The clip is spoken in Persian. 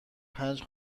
پنج